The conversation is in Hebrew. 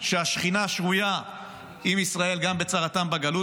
שהשכינה שרויה עם ישראל גם בצרתם בגלות,